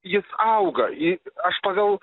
jis auga į aš pagal